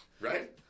right